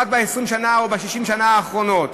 רק ב-20 השנה או ב-60 השנה האחרונות.